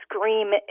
Scream